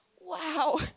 Wow